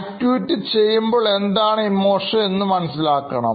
activity ചെയ്യുമ്പോൾ എന്താണ് emotion എന്ന് മനസ്സിലാക്കണം